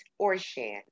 Orshan